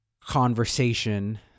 conversation